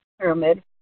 pyramid